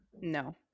No